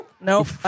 Nope